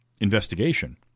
investigation